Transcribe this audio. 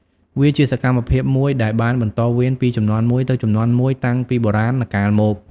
វាជាសកម្មភាពមួយដែលបានបន្តវេនពីជំនាន់មួយទៅជំនាន់មួយតាំងពីបុរាណកាលមក។